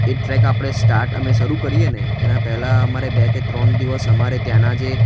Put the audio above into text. એક ટ્રેક આપણે સ્ટાટ અમે શરૂ કરીએ ને એના પહેલાં અમારે બે કે ત્રણ દિવસ અમારે ત્યાંનાં જે